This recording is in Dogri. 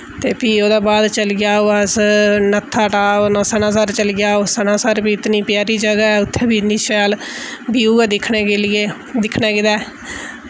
ते फ्ही ओह्दे बाद चली जाओ अस नत्थाटाप ना सनासर चली जाओ सनासर बी इन्नी प्यारी जगह् ऐ उत्थै बी इन्नी शैल व्यू ऐ दिक्खने के लिए दिक्खने गितै